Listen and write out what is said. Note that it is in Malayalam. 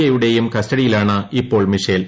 ഐയുടെയും കസ്റ്റഡിയിലാണ് ഇപ്പോൾ മിഷേൽ